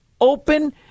Open